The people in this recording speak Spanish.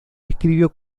escribió